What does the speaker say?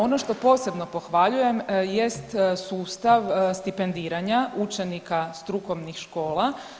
Ono što posebno pohvaljujem jest sustav stipendiranja učenika strukovnih škola.